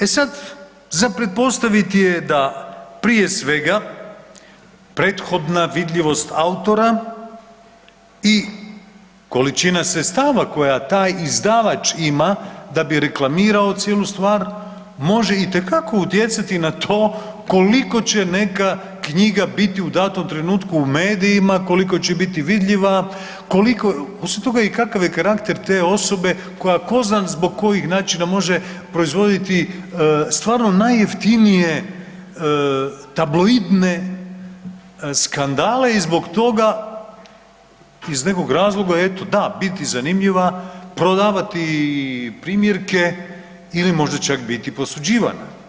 E sad, za pretpostaviti je da prije svega prethodna vidljivost autora i količina sredstava koja taj izdavač ima, da bi reklamirao cijelu stvar može itekako utjecati na to koliko će neka knjiga biti u datom trenutku u medijima, koliko će biti vidljiva, koliko, osim toga i kakav je karakter te osobe koja tko zna zbog kojih načina može proizvoditi stvarno najjeftinije tabloidne skandale i zbog toga iz nekog razloga eto, da, biti zanimljiva, prodavati primjerke ili možda čak biti posuđivana.